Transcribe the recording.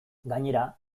gainera